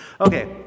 okay